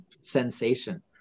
sensation